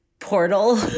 portal